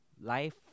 life